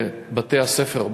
בבתי-הספר,